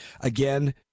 again